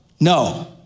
No